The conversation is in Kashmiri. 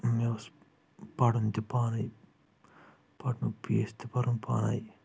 مےٚ اوس پرُن تہِ پانے پنُن فیٖس تہِ برُن پانے